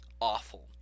awful